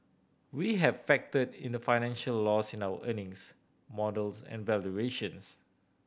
we have factored in the financial loss in our earnings model and valuations